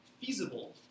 feasible